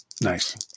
Nice